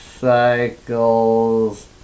Cycles